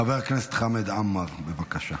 חבר הכנסת חמד עמאר, בבקשה.